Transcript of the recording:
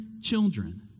children